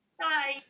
Bye